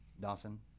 Dawson